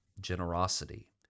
generosity